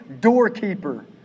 doorkeeper